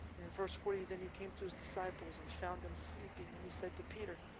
in verse forty then he came to his disciples and found them sleeping, and he said to peter,